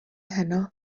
heno